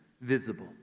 visible